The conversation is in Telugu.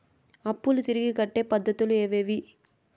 అప్పులు తిరిగి కట్టే పద్ధతులు ఏవేవి